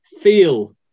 feel